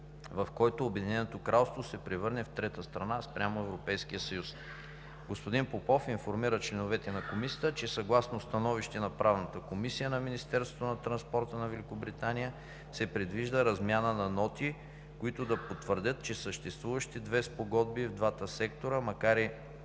в който Обединеното Кралство се превърне в трета страна спрямо Европейския съюз. Господин Попов информира членовете на Комисията, че съгласно становище на Правна служба на Министерството на транспорта на Великобритания се предвижда размяна на ноти, които да потвърдят, че съществуващите две спогодби в двата сектора, макар и